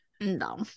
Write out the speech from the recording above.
no